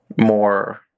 more